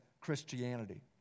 Christianity